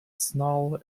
snarl